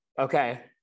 Okay